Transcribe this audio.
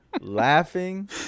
laughing